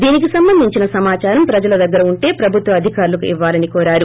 దీనికి సంబంధించిన సమాచారం ప్రజల దగ్గర ఉంటే ప్రభుత్వ అధికారులకు ఇవ్యాలని కోరారు